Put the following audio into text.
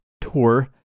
tour